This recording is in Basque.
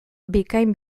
bikain